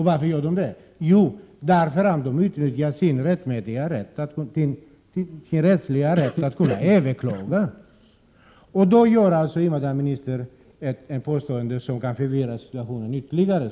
Varför gör de det? Jo, därför att de utnyttjar sin rätt att överklaga. Då gör invandrarministern ett påstående som kan förvirra situationen ytterligare.